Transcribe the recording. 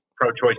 pro-choice